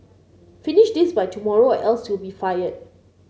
finish this by tomorrow or else you'll be fired